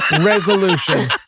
resolution